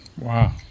Wow